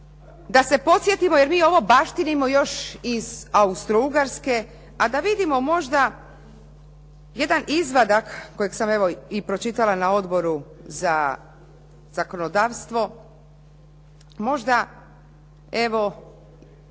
da se podsjetimo, jer mi ovo baštinimo još iz Austro-Ugarske, a da vidimo možda jedan izvadak koji sam evo i pročitala na Odboru za zakonodavstvu, možda evo